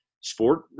sport